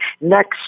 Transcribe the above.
next